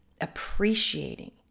appreciating